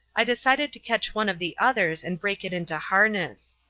i decided to catch one of the others and break it into harness.